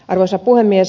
arvoisa puhemies